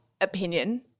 opinion